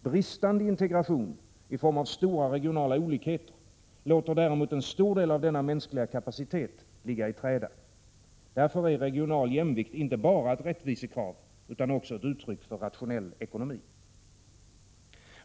Bristande integration i form av stora regionala olikheter låter däremot en stor del av denna mänskliga kapacitet ligga i träda. Därför är regional jämvikt inte bara ett rättvisekrav utan också ett uttryck för rationell ekonomi.